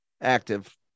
active